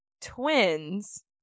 twins